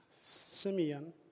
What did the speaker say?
Simeon